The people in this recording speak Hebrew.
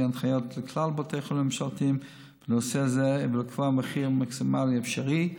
הנחיות לכלל בתי החולים הממשלתיים בנושא זה ולקבוע מחיר מקסימלי אפשרי,